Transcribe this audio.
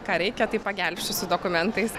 ką reikia tai pagelbsčiu su dokumentais